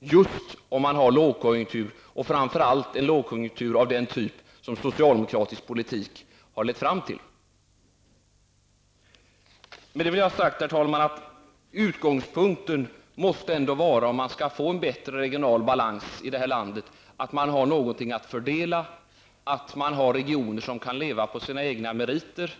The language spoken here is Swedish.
just om man har lågkonjunktur, framför allt en lågkonjunktur av den typ som socialdemokratisk politik lett fram till. Med detta vill jag ha sagt, herr talman, att utgångspunkten ändå måste vara att om man skall få en bättre regional balans i detta land måste man ha något att fördela, och man måste ha regioner som kan leva på sina egna meriter.